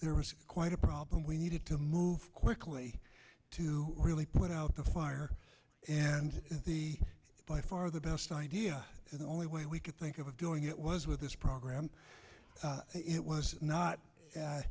there was quite a problem we needed to move quickly to really put out the fire and the by far the best idea and the only way we could think of doing it was with this program it was not